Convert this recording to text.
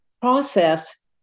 process